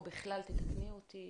או בכלל, תקנו אותי